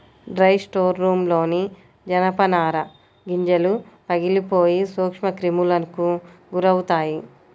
dry స్టోర్రూమ్లోని జనపనార గింజలు పగిలిపోయి సూక్ష్మక్రిములకు గురవుతాయి